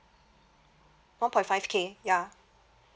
one point five K ya